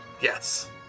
Yes